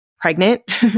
pregnant